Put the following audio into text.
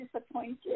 disappointed